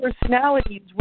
personalities